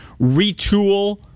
retool